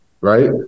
right